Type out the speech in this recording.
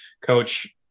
Coach